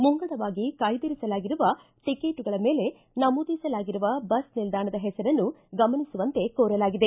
ಮುಂಗಡವಾಗಿ ಕಾಯ್ದಿರಿಸಲಾಗಿರುವ ಟಕೇಟುಗಳ ಮೇಲೆ ನಮೂದಿಸಲಾಗಿರುವ ಬಸ್ ನಿಲ್ದಾಣದ ಹೆಸರನ್ನು ಗಮನಿಸುವಂತೆ ಕೋರಲಾಗಿದೆ